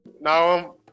now